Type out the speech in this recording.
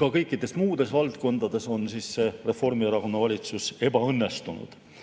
Ka kõikides muudes valdkondades on Reformierakonna valitsus ebaõnnestunud.